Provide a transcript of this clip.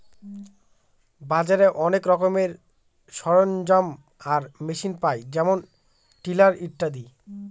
বাজারে অনেক রকমের সরঞ্জাম আর মেশিন পায় যেমন টিলার ইত্যাদি